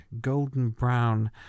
golden-brown